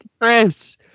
Chris